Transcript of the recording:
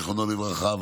זיכרונו לברכה,